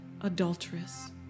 adulteress